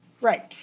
Right